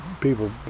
people